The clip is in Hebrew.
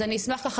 אז אני אשמח ככה,